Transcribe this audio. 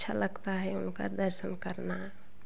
अच्छा लगता है उनका दर्शन करना